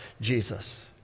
Jesus